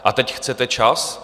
A teď chcete čas?